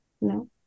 no